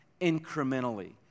incrementally